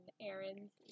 errands